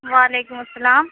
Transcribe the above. وعلیکم السلام